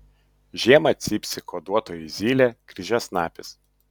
žiemą cypsi kuoduotoji zylė kryžiasnapis